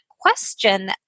question